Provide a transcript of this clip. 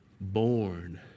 born